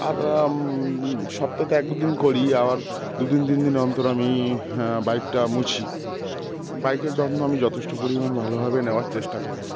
আর সপ্তাহে এক দু দিন করি আবার দু দিন তিন দিন অন্তর আমি বাইকটা মুছি বাইকের যত্ন আমি যথেষ্ট পরিমাণ ভালোভাবে নেওয়ার চেষ্টা করি